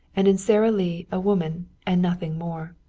and in sara lee a woman, and nothing more.